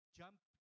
jump